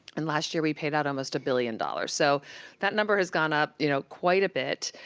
and last year, we paid out almost a billion dollars. so that number has gone up, you know, quite a bit.